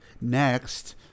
next